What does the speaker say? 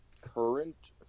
Current